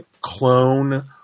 clone